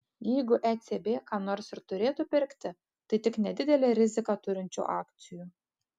jeigu ecb ką nors ir turėtų pirkti tai tik nedidelę riziką turinčių akcijų